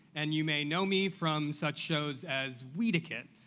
and you may know me from such shows as weediquette.